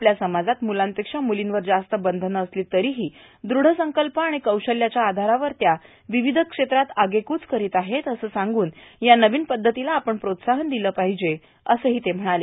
आपल्या समाजात मुलांपेक्षा मुलींवर जास्त बंधनं असली तरीही दृढ संकल्प आणि कौशल्याच्या आधारावर त्या विविध क्षेत्रात आगेकूच करीत आहेत असं सांगून या नवीन पद्धतीला आपण प्रोत्साहन दिलं पाहिजे असंही ते म्हणाले